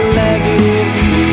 legacy